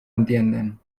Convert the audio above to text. entienden